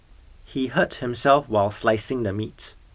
he hurt himself while slicing the meat